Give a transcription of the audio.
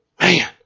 Man